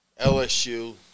LSU